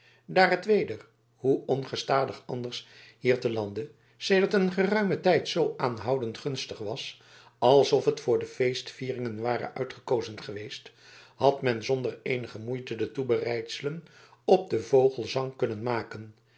daar het weder hoe ongestadig anders hier te lande sedert een geruimen tijd zoo aanhoudend gunstig was alsof het voor de feestvieringen ware uitgekozen geweest had men zonder eenige moeite de toebereidselen op den vogelesang kunnen maken